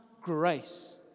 grace